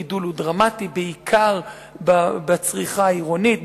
הגידול הוא דרמטי בעיקר בצריכה העירונית,